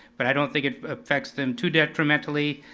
but i don't think it affects them too detrimentally,